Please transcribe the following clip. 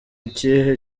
ikihe